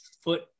foot